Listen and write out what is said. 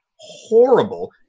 horrible